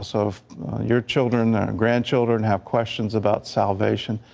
sort of your children or grandchildren have questions about salvation,